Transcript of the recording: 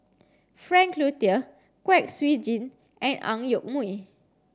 Frank Cloutier Kwek Siew Jin and Ang Yoke Mooi